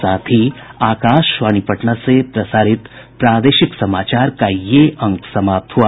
इसके साथ ही आकाशवाणी पटना से प्रसारित प्रादेशिक समाचार का ये अंक समाप्त हुआ